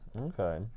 Okay